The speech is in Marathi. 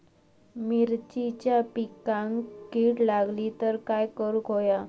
मिरचीच्या पिकांक कीड लागली तर काय करुक होया?